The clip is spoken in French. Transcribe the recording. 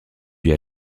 puis